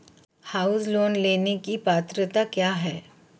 House loan लेने की पात्रता क्या है?